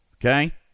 okay